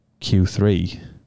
Q3